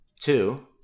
Two